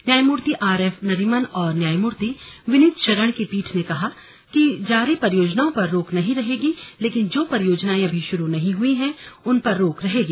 न्यायमूर्ति R F Nariman और न्यायमूर्ति विनीत शरण की पीठ ने कहा कि जारी परियोजनाओं पर रोक नहीं रहेगी लेकिन जो परियोजनाएं अभी शुरू नहीं हुई हैं उन पर रोक रहेगी